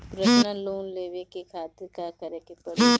Personal loan लेवे खातिर का करे के पड़ी?